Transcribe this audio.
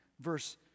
verse